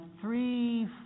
three